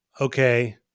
okay